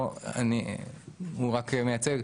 שהוא רק מייצג,